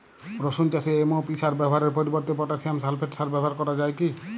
রসুন চাষে এম.ও.পি সার ব্যবহারের পরিবর্তে পটাসিয়াম সালফেট সার ব্যাবহার করা যায় কি?